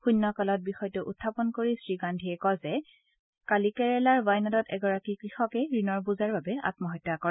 শুণ্যকালত বিষয়টো উখাপন কৰি শ্ৰীগান্ধীয়ে কয় যে কালি কেৰালাৰ ৱাইনাদত এগৰাকী কৃষকে ঋণৰ বোজাৰ বাবে আম্মহত্যা কৰে